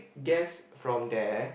gas from there